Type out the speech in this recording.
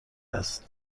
است